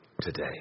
today